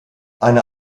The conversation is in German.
eine